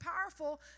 powerful